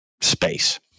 space